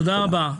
תודה רבה.